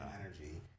energy